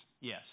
yes